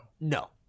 No